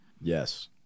Yes